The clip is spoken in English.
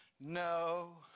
No